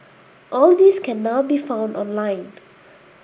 all these can now be found online